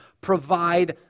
provide